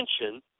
attention